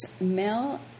Mel